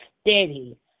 steady